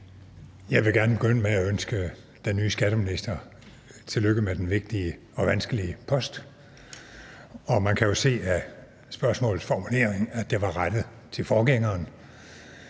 Jeg vil gerne begynde med at ønske den nye skatteminister tillykke med den vigtige og vanskelige post. Og man kan jo se af spørgsmålets formulering, at det var rettet til forgængeren